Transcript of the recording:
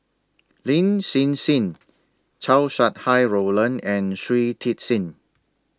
Lin Hsin Hsin Chow Sau Hai Roland and Shui Tit Sing